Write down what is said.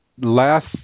Last